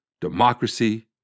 Democracy